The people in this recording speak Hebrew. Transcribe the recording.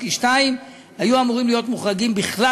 ששינסקי 2 היו אמורים להיות מוחרגים בכלל